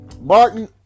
Martin